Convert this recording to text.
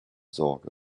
sorge